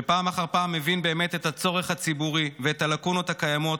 שפעם אחר פעם מבין את הצורך הציבורי ואת הלקונות הקיימות,